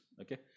okay